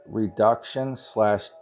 reduction/slash